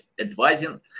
advising